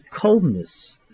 coldness